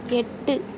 எட்டு